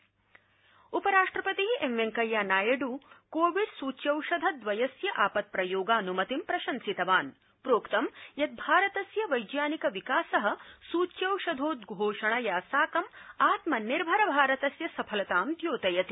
नायडु उपराष्ट्रपति M Venkaiah Naidu Covid सूच्यौषधद्वयस्य आपत्प्रयोगान्मतिं प्रशंसितवान् प्रोक्तं यत् भारतस्य वैज्ञानिकविकास सृच्यौषधोद्वोषणया साकम् आत्मनिर्भरभारतस्य सफलतां द्योतयति